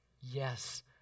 Yes